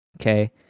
Okay